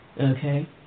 okay